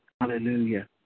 Hallelujah